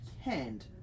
hand